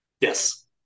Yes